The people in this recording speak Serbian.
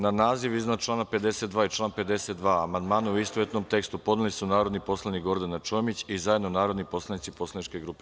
Na naziv iznad člana 52. i član 52. amandmane u istovetnom tekstu podneli su narodni poslanik Gordana Čomić i zajedno narodni poslanici poslaničke grupe